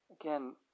again